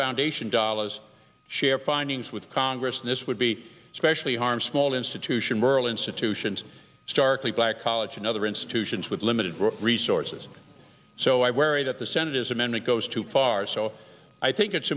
foundation dollars share findings with congress and this would be especially harm small institution rural institutions starkly black college and other institutions with limited resources so i worry that the senate is amended goes too far so i think it's